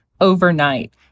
overnight